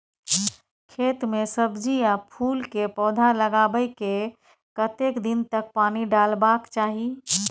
खेत मे सब्जी आ फूल के पौधा लगाबै के कतेक दिन तक पानी डालबाक चाही?